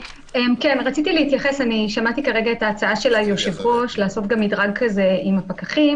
שמעתי כרגע את ההצעה של היושב-ראש לעשות מדרג כזה גם עם הפקחים.